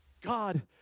God